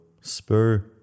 spur